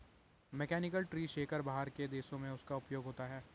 mechanical tree shaker बाहर के देशों में उसका उपयोग होता है